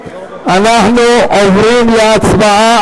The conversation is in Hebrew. אנחנו עוברים להצבעה,